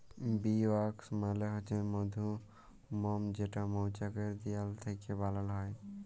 bee wax মালে হছে মধুমম যেটা মচাকের দিয়াল থ্যাইকে বালাল হ্যয়